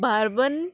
बार्बन